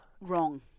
Wrong